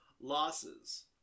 losses